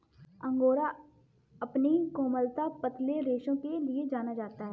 angora अपनी कोमलता, पतले रेशों के लिए जाना जाता है